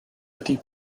ydy